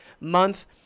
month